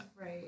Right